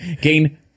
gain